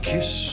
Kiss